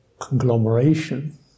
conglomeration